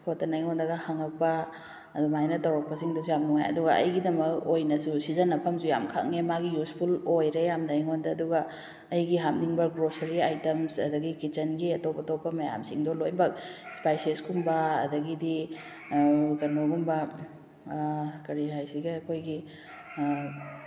ꯈꯣꯠꯇꯅꯒ ꯑꯩꯉꯣꯟꯗꯒ ꯍꯪꯉꯛꯄ ꯑꯗꯨꯃꯥꯏꯅ ꯇꯧꯔꯛꯄꯁꯤꯡꯗꯨꯁꯨ ꯌꯥꯝ ꯅꯨꯡꯉꯥꯏ ꯑꯗꯨꯒ ꯑꯩꯒꯤꯗꯃꯛ ꯑꯣꯏꯅꯁꯨ ꯁꯤꯖꯤꯟꯅꯐꯝꯁꯨ ꯌꯥꯝ ꯈꯪꯉꯦ ꯃꯥꯒꯤ ꯌꯨꯁꯐꯨꯜ ꯑꯣꯏꯔꯦ ꯌꯥꯝꯅ ꯑꯩꯉꯣꯟꯗ ꯑꯗꯨꯒ ꯑꯩꯒꯤ ꯍꯥꯞꯅꯤꯡꯕ ꯒ꯭ꯔꯣꯁꯔꯤ ꯑꯥꯏꯇꯝꯁ ꯑꯗꯨꯗꯒꯤ ꯀꯤꯠꯆꯟꯒꯤ ꯑꯇꯣꯞ ꯑꯇꯣꯞꯄ ꯃꯌꯥꯝꯁꯤꯡꯗꯣ ꯂꯣꯏꯅꯃꯛ ꯏꯁꯄꯥꯏꯁꯦꯁꯀꯨꯝꯕ ꯑꯗꯨꯗꯒꯤꯗꯤ ꯀꯩꯅꯣꯒꯨꯝꯕ ꯀꯔꯤ ꯍꯥꯏꯁꯤꯒꯦ ꯑꯩꯈꯣꯏꯒꯤ